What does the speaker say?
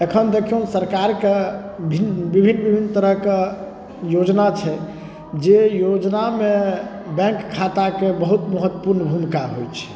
एखन दखियौ सरकारके भिन्न विभिन्न विभिन्न तरहके योजना छै जे योजनामे बैंक खाताके बहुत महत्वपूर्ण भूमिका होइ छै